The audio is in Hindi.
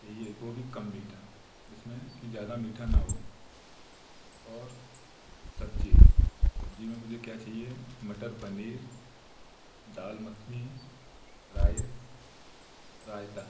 चाहिए वो भी कम मीठा जिसमें कि ज़्यादा मीठा ना हो और सब्जी सब्जी में मुझे क्या चाहिए मटर पनीर दाल मखनी राइस रायता